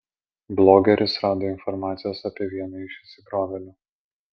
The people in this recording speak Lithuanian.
blogeris rado informacijos apie vieną iš įsibrovėlių